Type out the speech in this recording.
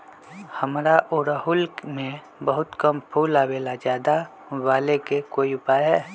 हमारा ओरहुल में बहुत कम फूल आवेला ज्यादा वाले के कोइ उपाय हैं?